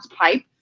pipe